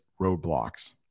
roadblocks